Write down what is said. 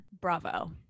Bravo